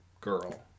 girl